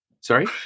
Sorry